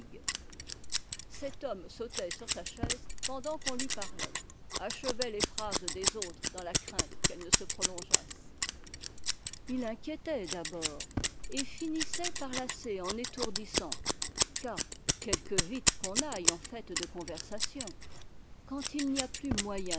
cet homme sautait sur sa chaise pendant qu'on lui parlait achevait les phrases des autres dans la crainte qu'ettes ne se prolongeassent il inquiétait d'abord et finissait par lasser en étourdissant car quelque vite qu'on aille en fait de conversation quand il n'y a plus moyen